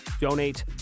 donate